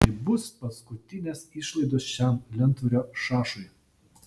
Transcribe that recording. tai bus paskutinės išlaidos šiam lentvario šašui